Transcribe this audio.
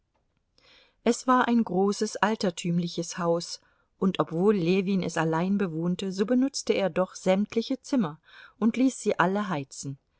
es war ein großes altertümliches haus und obwohl ljewin es allein bewohnte so benutzte er doch sämtliche zimmer und ließ sie alle heizen